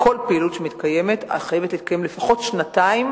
כל פעילות שמתקיימת חייבת להתקיים לפחות שנתיים